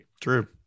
True